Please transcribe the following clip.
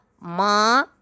Ma